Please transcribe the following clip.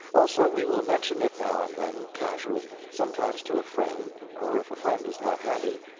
also, we will mention it now and then, casually sometimes to a friend, or if a friend is not handy,